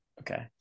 Okay